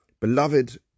beloved